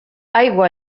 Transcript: aigua